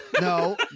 No